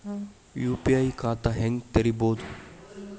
UPI ಖಾತಾ ಹೆಂಗ್ ತೆರೇಬೋದು?